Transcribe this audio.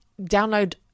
download